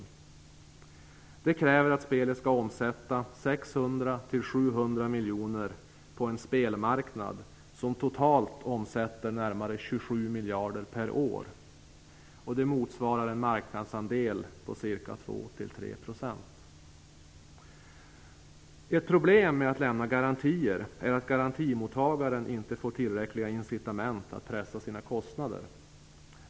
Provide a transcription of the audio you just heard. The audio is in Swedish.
Det kräver att spelet omsätter 600-700 miljoner på en spelmarknad som totalt omsätter närmare 27 miljarder per år. Det motsvarar en marknadsandel på ca 2-3 %. Ett problem med att lämna garantier är att garantimottagaren inte får tillräckliga incitament att pressa sina kostnader.